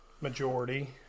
majority